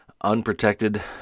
unprotected